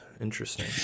Interesting